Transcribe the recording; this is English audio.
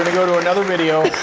go to another video.